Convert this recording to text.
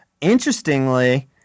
Interestingly